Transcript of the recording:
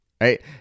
right